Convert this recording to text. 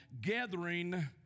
gathering